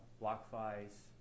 BlockFi's